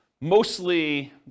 mostly